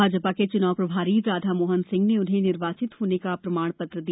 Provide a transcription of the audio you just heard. भाजपा के चुनाव प्रभारी राधामोहन सिंह ने उन्हें निर्वाचित होने का प्रमाण पत्र दिया